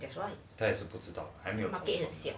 that's why there's a 不知道还没有